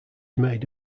made